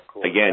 again